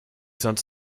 sonst